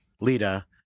Lita